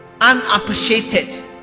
unappreciated